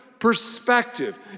perspective